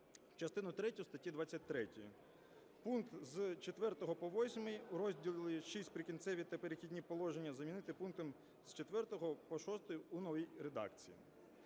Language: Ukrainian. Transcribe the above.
частину третю статті 23. Пункт з 4 по 8 у розділі VI "Прикінцеві та перехідні положення" замінити пунктом з 4 по 6 у новій редакції.